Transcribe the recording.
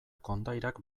kondairak